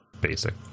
basic